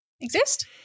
exist